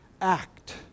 act